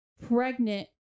pregnant